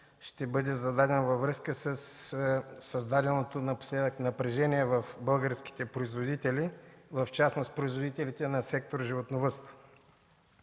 ще бъде зададен във връзка със създаденото напоследък напрежение в българските производители, в частност производителите в сектор „Животновъдство”.